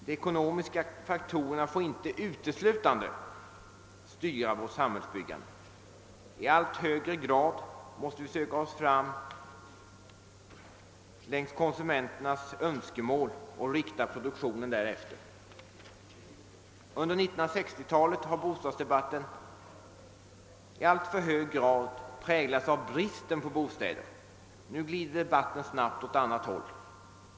De ekonomiska faktorerna får inte uteslutande styra vårt samhällsbyggande, I allt större utsträckning måste vi söka utröna konsumenternas önskemål och inrikta produktionen därefter. Under 1960-talet har bostadsdebatten i alltför hög grad präglats av bristen på bostäder. Nu glider debatten snabbt åt annat håll.